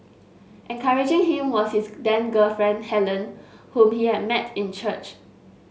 encouraging him was his then girlfriend Helen whom he had met in church